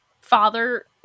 father